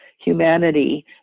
humanity